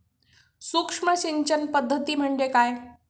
सूक्ष्म सिंचन पद्धती म्हणजे काय?